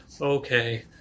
Okay